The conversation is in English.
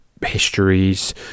histories